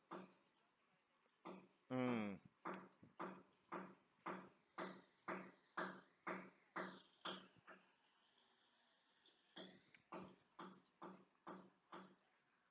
mm